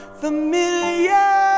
familiar